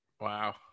Wow